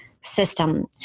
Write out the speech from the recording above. system